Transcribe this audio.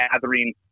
gathering